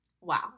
Wow